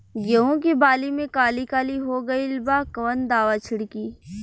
गेहूं के बाली में काली काली हो गइल बा कवन दावा छिड़कि?